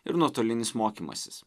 ir nuotolinis mokymasis